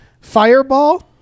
Fireball